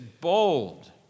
bold